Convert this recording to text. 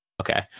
Okay